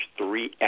three